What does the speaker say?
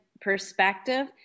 perspective